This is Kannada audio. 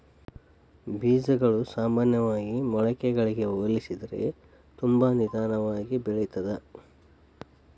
ಬೇಜಗಳು ಸಾಮಾನ್ಯವಾಗಿ ಮೊಳಕೆಗಳಿಗೆ ಹೋಲಿಸಿದರೆ ತುಂಬಾ ನಿಧಾನವಾಗಿ ಬೆಳಿತ್ತದ